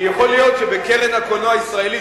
כי יכול להיות שבקרן הקולנוע הישראלי,